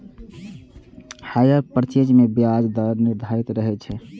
hire purchase मे ब्याज दर निर्धारित रहै छै